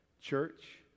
Church